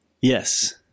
Yes